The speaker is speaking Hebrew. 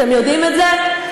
אתם יודעים את זה?